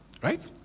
Right